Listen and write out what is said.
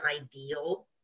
ideal